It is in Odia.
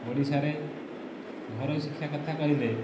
ଓଡ଼ିଶାରେ ଘରୋଇ ଶିକ୍ଷା କଥା କହିଲେ